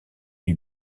lui